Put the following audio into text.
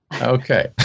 Okay